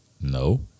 No